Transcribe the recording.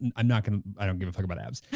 and i'm not gonna, i don't give a fuck about abs.